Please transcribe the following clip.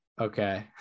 Okay